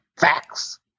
Facts